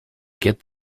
get